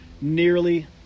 nearly